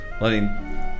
letting